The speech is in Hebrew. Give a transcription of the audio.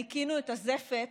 ניקינו את הזפת